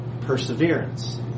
perseverance